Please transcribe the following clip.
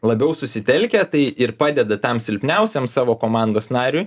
labiau susitelkę tai ir padeda tam silpniausiam savo komandos nariui